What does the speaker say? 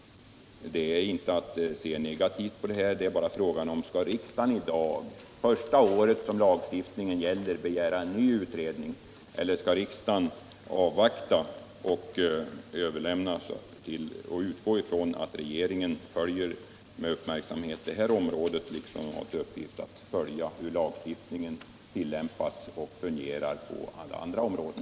Detta är inte att se negativt på det hela. Frågan är bara: Skall riksdagen i dag, första året lagstiftningen gäller, begära en ny utredning eller skall riksdagen avvakta och utgå från att regeringen med uppmärksamhet följer det här området, liksom den har till uppgift att följa hur lagstiftningen tillämpas och fungerar på alla andra områden?